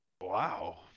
Wow